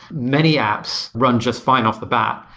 many apps run just fine off the bat,